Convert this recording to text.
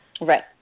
Right